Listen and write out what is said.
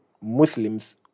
Muslims